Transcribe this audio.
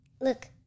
Look